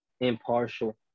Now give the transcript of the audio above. impartial